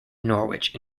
norwich